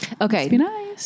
Okay